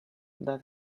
that